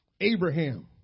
Abraham